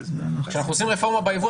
כשאנחנו עושים רפורמה ביבוא,